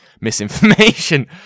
misinformation